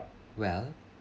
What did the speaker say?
well